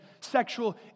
Sexual